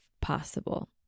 possible